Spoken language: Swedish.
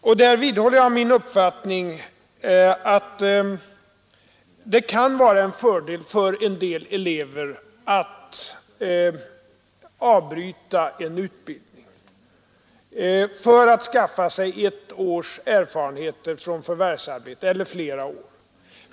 Jag vidhåller min uppfattning att det kan vara en fördel för en del elever att avbryta en utbildning och skaffa sig ett eller flera års erfarenheter från förvärvsarbete.